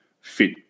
fit